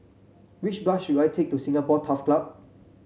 which bus should I take to Singapore Turf Club